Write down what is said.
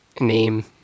name